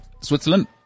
Switzerland